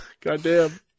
Goddamn